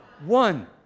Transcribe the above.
One